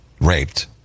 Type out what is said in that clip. raped